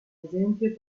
esempio